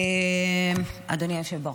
אדוני היושב-ראש,